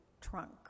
trunk